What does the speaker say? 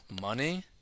money